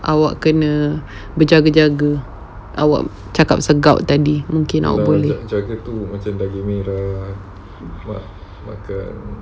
awak kena menjaga-jaga awak cakap sergap tadi tu mungkin